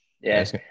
yes